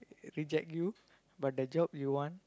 reject you but the job you want